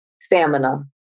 stamina